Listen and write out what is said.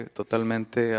totalmente